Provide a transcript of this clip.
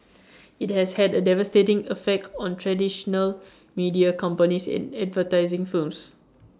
IT has had A devastating effect on traditional media companies and advertising firms